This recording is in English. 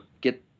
get